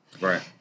right